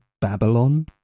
Babylon